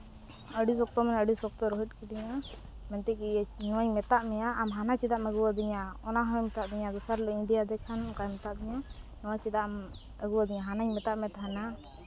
ᱟᱹᱰᱤ ᱥᱚᱠᱛᱚ ᱢᱟᱱᱮ ᱟᱹᱰᱤ ᱥᱚᱠᱛᱚᱭ ᱨᱳᱦᱮᱫ ᱠᱮᱫᱤᱧᱟ ᱢᱮᱱᱛᱮ ᱠᱤ ᱱᱚᱣᱟᱧ ᱢᱮᱛᱟᱜ ᱢᱮᱭᱟ ᱟᱢ ᱦᱟᱱᱟ ᱪᱮᱫᱟᱜ ᱮᱢ ᱟᱹᱜᱩ ᱟᱹᱫᱤᱧᱟ ᱚᱱᱟ ᱦᱚᱭ ᱢᱮᱛᱟ ᱫᱤᱧᱟ ᱫᱚᱥᱟᱨ ᱦᱤᱞᱳᱜ ᱤᱧ ᱤᱫᱤ ᱟᱫᱮ ᱠᱷᱟᱱ ᱚᱱᱠᱟᱭ ᱢᱮᱛᱟᱫᱤᱧᱟᱹ ᱱᱚᱣᱟ ᱪᱮᱫᱟᱜ ᱮᱢ ᱟᱹᱜᱩ ᱟᱹᱫᱤᱧᱟ ᱦᱟᱱᱟᱧ ᱢᱮᱛᱟᱫ ᱢᱮ ᱛᱟᱦᱮᱱᱟ